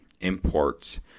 imports